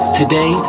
today